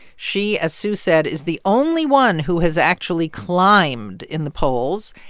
she, as sue said, is the only one who has actually climbed in the polls,